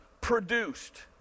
produced